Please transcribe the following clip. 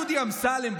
דודי אמסלם,